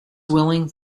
willing